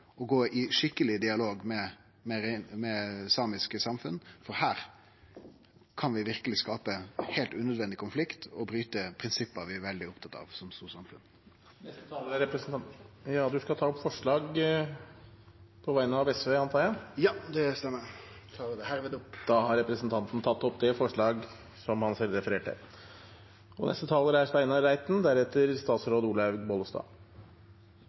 gå i skikkeleg dialog med samiske samfunn. Her kan vi verkeleg skape ein heilt unødvendig konflikt og bryte prinsipp vi er veldig opptatt av som storsamfunn. Presidenten antar at representanten skal ta opp forslag på vegne av SV. Ja, det stemmer. Eg tar det hermed opp. Da har representanten Torgeir Knag Fylkesnes tatt opp det forslaget han refererte til.